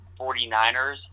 49ers